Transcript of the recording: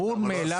ברור מאליו,